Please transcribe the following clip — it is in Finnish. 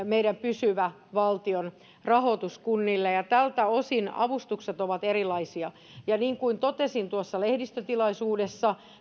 meidän pysyvä valtionrahoitus kunnille ja tältä osin avustukset ovat erilaisia ja niin kuin totesin tuossa lehdistötilaisuudessa